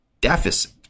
deficit